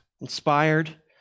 inspired